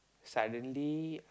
suddenly